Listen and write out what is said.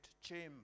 chamber